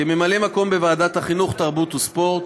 כממלא מקום בוועדת החינוך, התרבות והספורט,